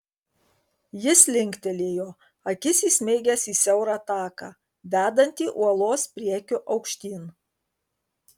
jis linktelėjo akis įsmeigęs į siaurą taką vedantį uolos priekiu aukštyn